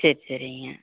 சரி சரிங்க